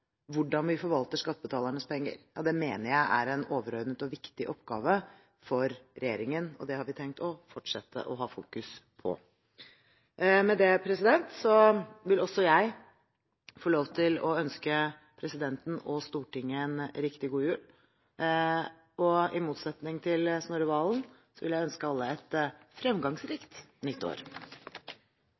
hvordan vi forvalter skattebetalernes penger, mener jeg er en overordnet og viktig oppgave for regjeringen, og det har vi tenkt å fortsette å fokusere på. Med dette vil også jeg få lov til å ønske presidenten og Stortinget en riktig god jul. I motsetning til representanten Snorre Valen vil jeg ønske alle et fremgangsrikt nytt år.